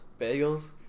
Bagels